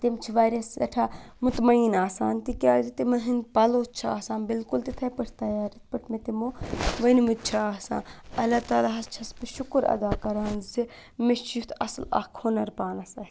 تِم چھِ واریاہ سٮ۪ٹھاہ مطمعین آسان تِکیازِ تِمَن ہنٛد پَلو چھِ آسان بالکل تِتھَے پٲٹھۍ تیار یِتھ پٲٹھۍ مےٚ تِمو ؤنۍ مٕتۍ چھِ آسان اللہ تعلٰی ہَس چھٮ۪س بہٕ شُکر ادا کَران زِ مےٚ چھُ یُتھ اَصٕل اَکھ ہُنَر پانَس اَتھۍ